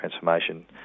transformation